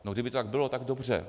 No kdyby to tak bylo, tak dobře.